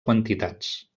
quantitats